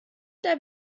der